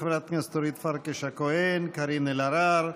חברי הכנסת אורית פרקש-הכהן, קארין אלהרר,